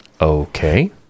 Okay